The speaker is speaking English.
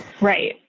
Right